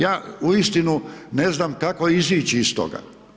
Ja uistinu ne znam kako izići iz toga.